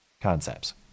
concepts